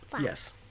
Yes